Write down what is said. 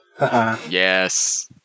Yes